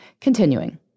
Continuing